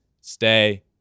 stay